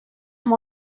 amb